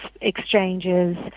exchanges